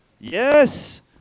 yes